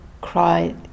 cry